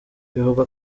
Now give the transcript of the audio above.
bivugwa